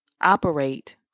operate